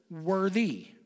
worthy